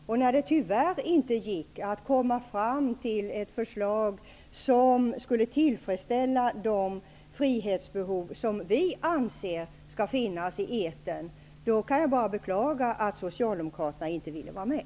Det gick tyvärr inte att gemensamt komma fram till ett förslag som tillgodosåg den frihet som vi anser skall finnas i etern. Jag kan bara beklaga att Socialdemokraterna inte ville vara med.